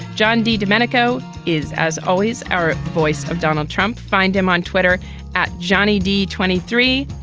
john de domenico is, as always, our voice of donald trump. find him on twitter at johnny d. twenty three.